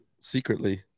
secretly